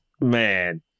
man